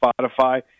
Spotify